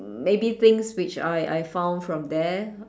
um maybe things which I I found from there